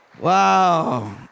Wow